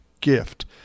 gift